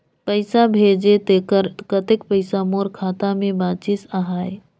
पइसा भेजे तेकर कतेक पइसा मोर खाता मे बाचिस आहाय?